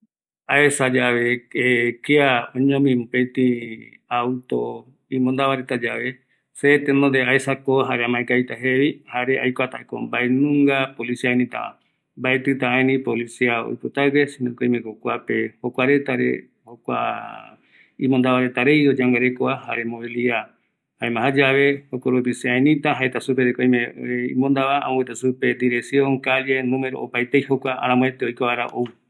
﻿Aesayave kia oñomi mopeti auto imondava reta yave, se tenonde aesa yave, aeako jare amaekavita jevi, jare aikuatako, mbaenunga policia aeniitava, mbaetita aenii policia oipotague, sino que oimeko kuape jokua retare, jokua imondava reta rei oyangarekova jare movilidad, jaema jayave, jokoropi se aeniita, jaeta supe de que oime imondava, amombeuta supe, direccion, calle, numero, opaetei jokua aramoeta okua vaera ou